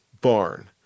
barn